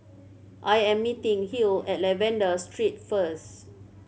I am meeting Hill at Lavender Street first